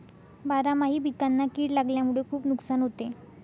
बारामाही पिकांना कीड लागल्यामुळे खुप नुकसान होते